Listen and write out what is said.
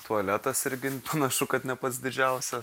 tualetas irgi panašu kad ne pats didžiausia